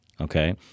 okay